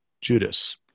Judas